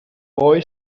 boy